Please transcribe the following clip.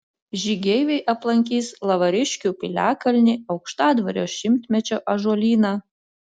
žygeiviai aplankys lavariškių piliakalnį aukštadvario šimtmečio ąžuolyną